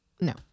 no